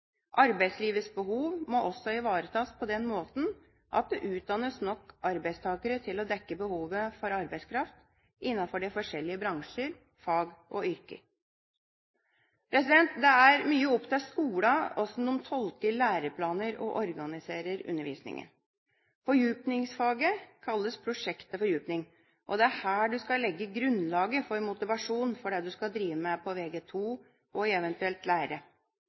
Arbeidslivets behov må også ivaretas på den måten at det utdannes nok arbeidstakere til å dekke behovet for arbeidskraft innenfor de forskjellige bransjer, fag og yrker.» Det er mye opp til skolene hvordan de tolker læreplaner og organiserer undervisningen. Fordypningsfaget kalles prosjekt til fordypning, og det er her du skal legge grunnlaget for motivasjon for det du skal drive med på Vg2 og eventuelt i lære.